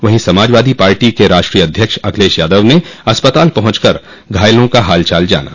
वहों समाजवादी पार्टी के राष्ट्रीय अध्यक्ष अखिलेश यादव ने अस्पताल पहुंच कर घायलों का हालचाल जाना